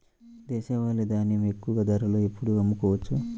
దేశవాలి ధాన్యం ఎక్కువ ధరలో ఎప్పుడు అమ్ముకోవచ్చు?